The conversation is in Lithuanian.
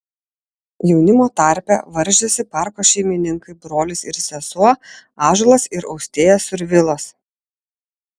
jaunimo tarpe varžėsi parko šeimininkai brolis ir sesuo ąžuolas ir austėja survilos